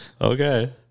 Okay